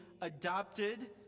adopted